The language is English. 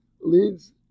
leads